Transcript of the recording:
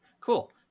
Cool